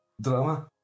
drama